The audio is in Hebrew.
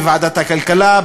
בוועדת הכלכלה,